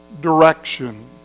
direction